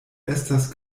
estas